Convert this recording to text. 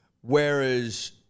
Whereas